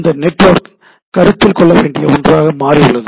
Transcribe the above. இந்த நெட்வொர்க் கருத்தில் கொள்ள வேண்டிய ஒன்றாக மாறியுள்ளது